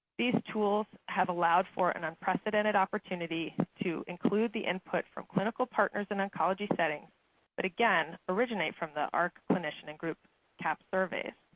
these tools have allowed for an unprecedented opportunity to include the input from clinical partners in oncology settings that. but again, originate from the ahrq clinician and group cahps surveys.